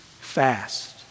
fast